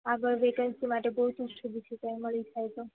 આગળ વેકેન્સી માટે ગોતું છું બીજું કાંઈ મળી જાય તો